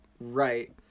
Right